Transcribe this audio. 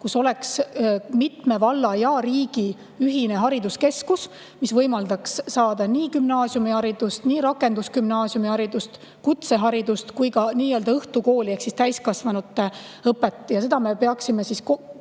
See oleks mitme valla ja riigi ühine hariduskeskus, mis võimaldaks saada gümnaasiumiharidust, rakendusgümnaasiumiharidust, kutseharidust kui ka nii-öelda õhtukooli- ehk täiskasvanute õpet. Ja seda me peaksime tulevikus